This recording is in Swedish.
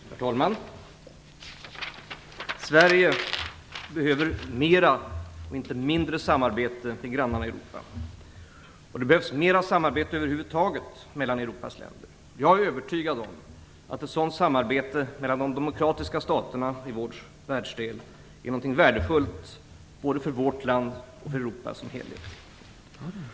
Herr talman! Sverige behöver mer samarbete med grannarna i Europa och inte mindre. Det behövs över huvud taget mer samarbete mellan Europas länder. Jag är övertygad om att ett sådant samarbete mellan de demokratiska staterna i vår världsdel är värdefullt både för vårt land och för Europa som helhet.